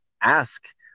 ask